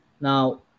now